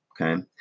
okay